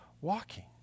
walking